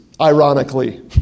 ironically